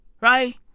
Right